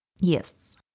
Yes